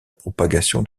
propagation